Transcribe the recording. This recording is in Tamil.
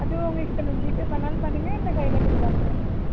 அது உங்கள் இஷ்டம் மேம் ஜிபே பண்ணாலும் பண்ணுங்கள் இல்லை கையில கொடுத்தாலும் கொடுங்க மேம்